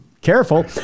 careful